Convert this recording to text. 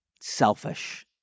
selfish